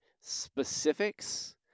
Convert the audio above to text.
specifics